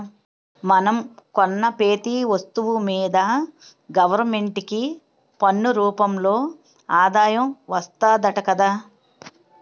మనం కొన్న పెతీ ఒస్తువు మీదా గవరమెంటుకి పన్ను రూపంలో ఆదాయం వస్తాదట గదా